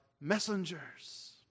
messengers